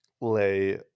lay